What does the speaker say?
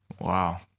wow